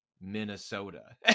minnesota